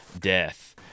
death